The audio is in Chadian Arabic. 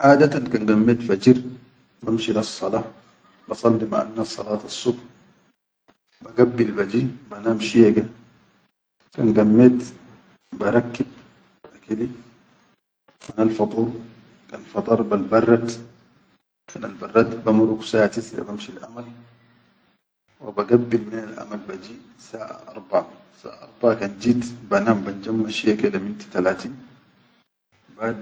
Adatun kan gammet fajir bamshi lessda basalli maʼannas salatassubu, bagabbil baji banaa, shiye ke, kan gammet barakkib akili hanal fadur kan fadar balbarrad, kan albarrad bamuruk bamshi lel amal wa bagabbil minal amal baji saʼa arba kan jit banam banjamma shiye ke le minti talateen.